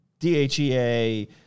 DHEA